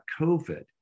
COVID